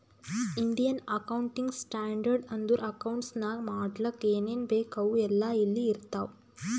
Indian accounting standard ಅಂದುರ್ accounts ನಾಗ್ ಮಾಡ್ಲಕ್ ಏನೇನ್ ಬೇಕು ಅವು ಎಲ್ಲಾ ಇಲ್ಲಿ ಇರ್ತಾವ